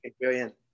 Brilliant